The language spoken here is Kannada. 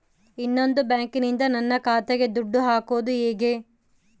ಇನ್ನೊಂದು ಬ್ಯಾಂಕಿನಿಂದ ನನ್ನ ಖಾತೆಗೆ ದುಡ್ಡು ಹಾಕೋದು ಹೇಗೆ?